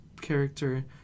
Character